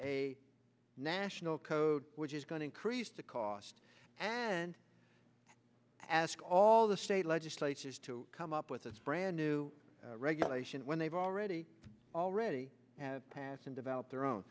a national code which is going to increase the cost and ask all the state legislatures to come up with a brand new regulation when they've already already have passed and developed their own